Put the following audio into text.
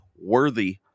worthy